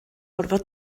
orfod